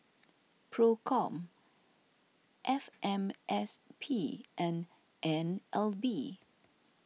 Procom F M S P and N L B